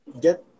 get